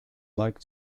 like